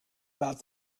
about